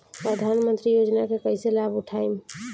प्रधानमंत्री योजना के कईसे लाभ उठाईम?